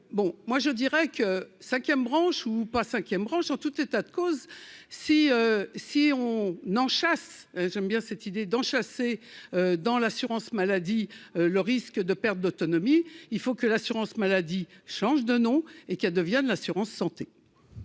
moi je dirais que 5ème branche ou pas 5ème, branche en tout état de cause, si, si on n'en chasse, j'aime bien cette idée d'enchâsser dans l'assurance maladie, le risque de perte d'autonomie, il faut que l'assurance maladie change de nom et qu'elle devienne l'assurance santé.